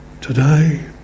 today